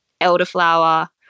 elderflower